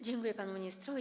Dziękuję panu ministrowi.